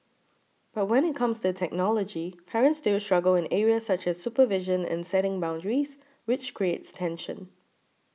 but when it comes to technology parents still struggle in areas such as supervision and setting boundaries which creates tension